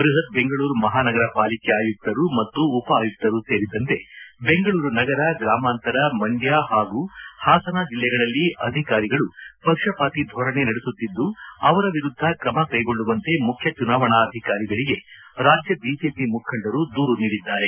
ಬೃಹತ್ ಬೆಂಗಳೂರು ಮಹಾನಗರ ಪಾಲಿಕೆ ಆಯುಕ್ತರು ಮತ್ತು ಉಪ ಆಯುಕ್ತರೂ ಸೇರಿದಂತೆ ಬೆಂಗಳೂರು ನಗರ ಗ್ರಾಮಾಂತರ ಮಂಡ್ಯ ಹಾಗೂ ಹಾಸನ ಜಿಲ್ಲೆಗಳಲ್ಲಿ ಅಧಿಕಾರಿಗಳು ಪಕ್ಷಪಾತಿ ಧೋರಣೆ ನಡೆಸುತ್ತಿದ್ದು ಅವರ ವಿರುದ್ದ ಕ್ರಮ ಕೈಗೊಳ್ಳುವಂತೆ ಮುಖ್ಯ ಚುನಾವಣಾ ಅಧಿಕಾರಿಗಳಿಗೆ ರಾಜ್ಯ ಬಿಜೆಪಿ ಮುಖಂಡರು ದೂರು ನೀಡಿದ್ದಾರೆ